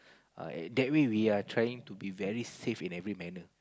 uh that way we are trying to be very safe in every manner